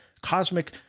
cosmic